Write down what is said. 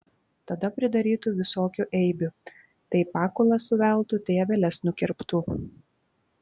tada pridarytų visokių eibių tai pakulas suveltų tai aveles nukirptų